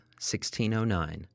1609